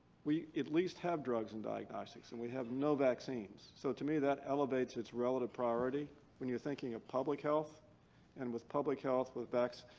we at least have drugs and diagnostics and we have no vaccines. so to me that elevates its relative priority when you're thinking of public health and with public health with vacc.